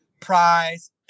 prize